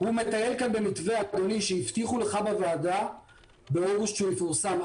הוא מטייל כאן במתווה שהבטיחו לך בוועדה באוגוסט שהוא יפורסם,